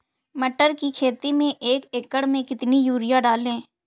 मटर की खेती में एक एकड़ में कितनी यूरिया डालें?